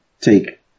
take